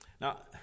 Now